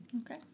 Okay